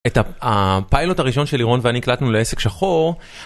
את הפיילוט הראשון של אירון ואני הקלטנו לעסק שחור.